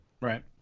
right